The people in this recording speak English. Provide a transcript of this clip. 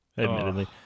admittedly